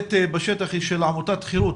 שפועלת בשטח היא של עמותת חירות.